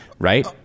Right